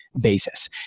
basis